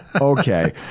okay